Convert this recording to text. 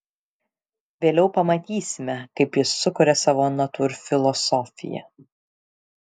vėliau pamatysime kaip jis sukuria savo natūrfilosofiją